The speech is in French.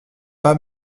pas